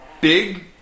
Big